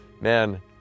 man